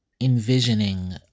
envisioning